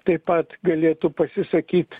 taip pat galėtų pasisakyt